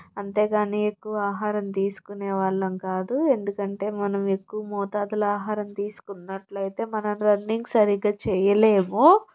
అంతే కానీ ఎక్కువ ఆహారం తీసుకునే వాళ్ళం కాదు ఎందుకంటే మనం ఎక్కువ మోతాదులో ఆహారం తీసుకున్నట్లయితే మనం రన్నింగ్ సరిగా చేయలేము